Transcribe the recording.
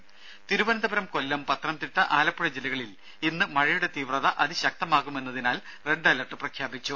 ദേദ തിരുവനന്തപുരം കൊല്ലം പത്തനംതിട്ട ആലപ്പുഴ ജില്ലകളിൽ ഇന്ന് മഴയുടെ തീവ്രത അതിശക്തമാകുമെന്നതിനാൽ റെഡ് അലർട്ട് പ്രഖ്യാപിച്ചു